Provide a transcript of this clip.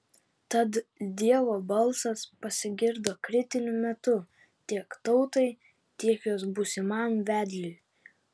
tad dievo balsas pasigirdo kritiniu metu tiek tautai tiek jos būsimam vedliui